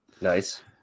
Nice